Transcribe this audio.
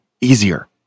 easier